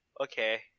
okay